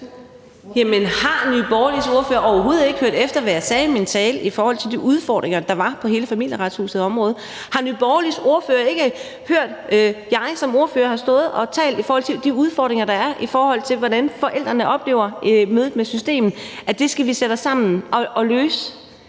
har Nye Borgerliges ordfører overhovedet ikke hørt efter, hvad jeg sagde i min tale om de udfordringer, der er på hele området for Familieretshuset? Har Nye Borgerliges ordfører ikke hørt, at jeg som ordfører har stået og talt om de udfordringer, der er, i forhold til hvordan forældrene oplever mødet med systemet, og at jeg har sagt, at det skal vi sætte os sammen og løse?